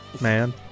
man